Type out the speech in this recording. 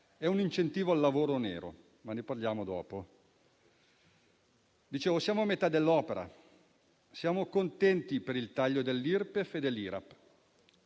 ed un incentivo al lavoro nero, ma ne parliamo dopo. Siamo a metà dell'opera. Siamo contenti per il taglio dell'Irpef e dell'Irap.